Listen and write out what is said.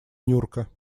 нюрка